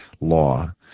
law